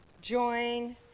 join